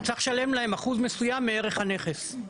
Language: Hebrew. הוא צריך לשלם להם אחוז מסוים מערך הנכס.